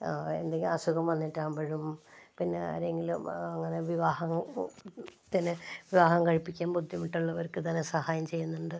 ആ എന്തെങ്കിലും അസുഖം വന്നിട്ടാകുമ്പോഴും പിന്നെ ആരെങ്കിലും അങ്ങനെ വിവാഹത്തിന് വിവാഹം കഴിപ്പിക്കാൻ ബുദ്ധിമുട്ടുള്ളവർക്ക് ധനസഹായം ചെയ്യുന്നുണ്ട്